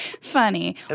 funny